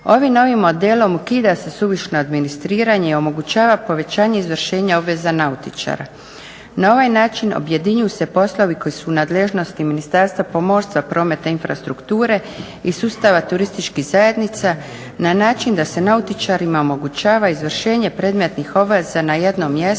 Ovim novim modelom ukida se suvišno administriranje i omogućava povećanje izvršenja obveza nautičara. Na ovaj način objedinjuju se poslovi koji su u nadležnosti Ministarstva, pomorstva, prometa, infrastrukture i sustava turističkih zajednica na način da se nautičarima omogućava izvršenje predmetnih obveza na jednom mjestu,